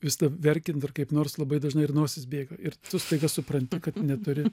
vis dar verkiant ir kaip nors labai dažnai ir nosis bėga ir tu staiga supranti kad neturi